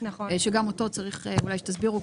שגם אותו כדאי שתסבירו.